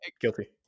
Guilty